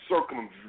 circumvent